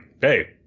Hey